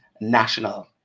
national